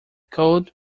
cold